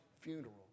funeral